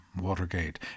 Watergate